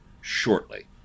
shortly